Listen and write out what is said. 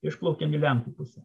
išplaukėm į lenkų pusę